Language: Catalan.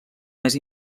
més